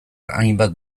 hainbat